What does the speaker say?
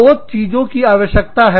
दो चीजों की आवश्यकता है